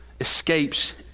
escapes